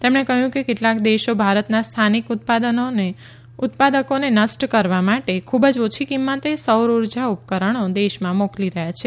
તેમણે કહ્યું કે કેટલાક દેશો ભારતના સ્થાનિક ઉત્પાદકોને નષ્ટ કરવા માટે ખૂબ જ ઓછી કિંમતે સૌર ઉર્જા ઉપકરણો દેશમાં મોકલી રહ્યા છે